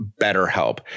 BetterHelp